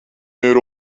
meer